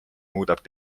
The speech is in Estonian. muudab